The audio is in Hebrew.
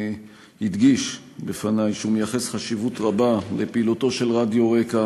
הדגיש בפני שהוא מייחס חשיבות רבה לפעילותו של רדיו רק"ע